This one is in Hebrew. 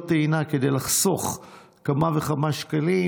טעינה בצורה פרטיזנית כדי לחסוך כמה וכמה שקלים,